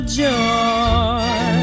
joy